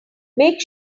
make